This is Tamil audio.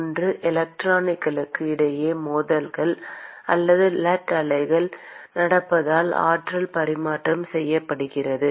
ஒன்று எலக்ட்ரான்களுக்கு இடையே மோதல்கள் அல்லது லட் அலைகள் நடப்பதால் ஆற்றல் பரிமாற்றம் செய்யப்படுகிறது